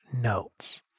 notes